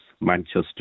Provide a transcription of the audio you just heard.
Manchester